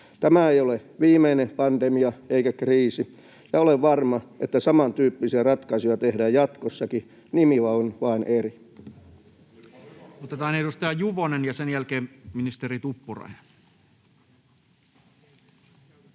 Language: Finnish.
Tämä ei ole viimeinen pandemia eikä kriisi, ja olen varma, että samantyyppisiä ratkaisuja tehdään jatkossakin, nimi vain on eri. [Juha Mäenpää: Olipa hyvä puheenvuoro!] Otetaan edustaja Juvonen ja sen jälkeen ministeri Tuppurainen. Arvoisa